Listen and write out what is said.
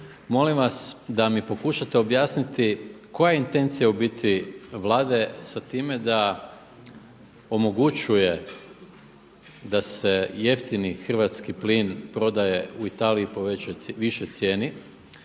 molim vas da mi pokušate objasniti koja je intencija u biti Vlade sa time da omogućuje da se jeftini hrvatski plin prodaje u Italiji po višoj cijeni.